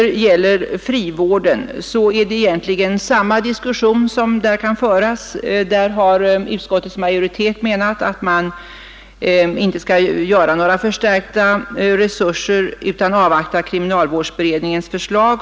Samma diskussion kan föras i fråga om frivården. Utskottets majoritet har ansett att man inte skall förstärka resurserna utan avvakta kriminalvårdsberedningens förslag.